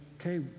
okay